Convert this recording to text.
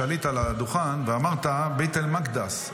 כשעלית לדוכן, ואמרת, בית אלמקדס.